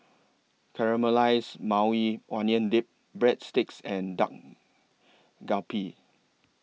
Caramelized Maui Onion Dip Breadsticks and Dak Galbi